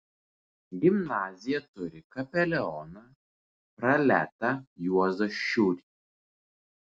gimnazija turi kapelioną prelatą juozą šiurį